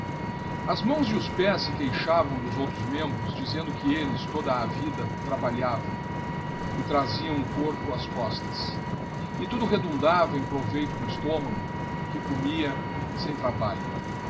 as mãos e os pés se queixavão dos outros membros dizendo que elles toda a vida iraballiavão e trazião o corpo ás costas e tudo redundava cm proveito do estômago que comia sem trabalho